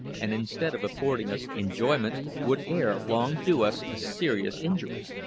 and instead of affording us enjoyment, would ere long do us a serious injury.